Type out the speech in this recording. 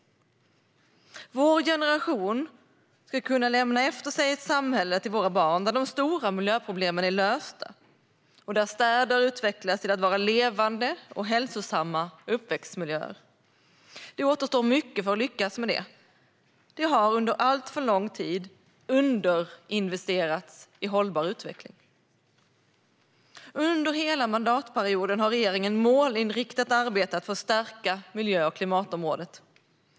Vår generation ska kunna lämna efter sig ett samhälle till våra barn där de stora miljöproblemen är lösta och där städer utvecklas till att vara levande och hälsosamma uppväxtmiljöer. Mycket återstår för att lyckas med detta. Under alltför lång tid har det underinvesterats i hållbar utveckling. Under hela mandatperioden har regeringen målinriktat arbetat för att stärka miljö och klimatområdet.